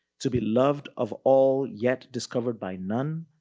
to be loved of all, yet discovered by none.